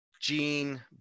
Gene